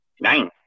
Nine